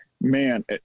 man